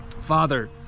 Father